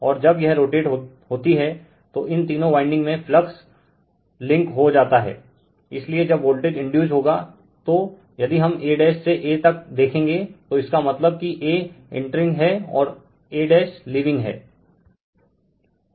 और जब यह रोटेट होती है तो इन तीनो वाइंडिग में फ्लक्स लिंक हो जाता है इसलिए जब वोल्टेज इंडयुसड होगा तो यदि हम a' से a तक देखेंगे तो इसका मतलब की a इंटरिंग हैं और a' लीविंग हैं